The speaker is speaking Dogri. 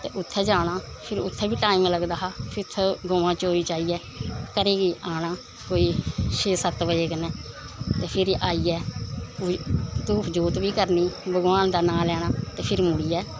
ते उत्थें जाना फिर उत्थें बी टैम लगदा हा उत्थें बी गवां चोई चाइयै घरै गी आना कोई छे सत्त बजे कन्नै ते फिर आइयै कोई धूफ जोत बी करनी भगवान दा नांऽ लैना ते फिर मुड़ियै